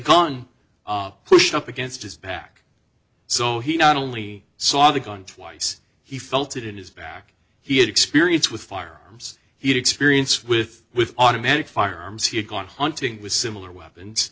gun pushed up against his back so he not only saw the gun twice he felt it in his back he had experience with fire he had experience with with automatic firearms he had gone hunting with similar weapons